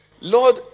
lord